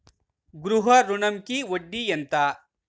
గృహ ఋణంకి వడ్డీ ఎంత?